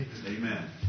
Amen